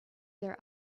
their